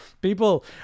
people